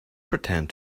pretend